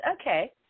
okay